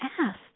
asked